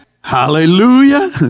hallelujah